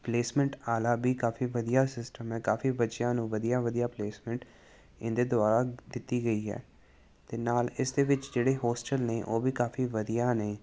placement ਵਾਲਾ ਵੀ ਕਾਫੀ ਵਧੀਆ ਸਿਸਟਮ ਹੈ ਕਾਫੀ ਬੱਚਿਆਂ ਨੂੰ ਵਧੀਆ ਵਧੀਆ ਪਲੇਸਮੈਂਟ ਇਹਦੇ ਦੁਆਰਾ ਕੀਤੀ ਗਈ ਹੈ ਅਤੇ ਨਾਲ ਇਸ ਦੇ ਵਿੱਚ ਜਿਹੜੇ ਹੋਸਟਲ ਨੇ ਉਹ ਵੀ ਕਾਫੀ ਵਧੀਆ ਨੇ